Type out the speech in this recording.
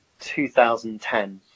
2010